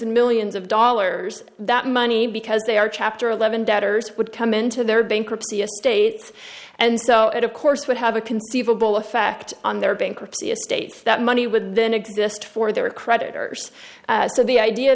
and millions of dollars that money because they are chapter eleven debtors would come into their bankruptcy estates and so it of course would have a conceive of full effect on their bankruptcy estates that money would then exist for their creditors so the idea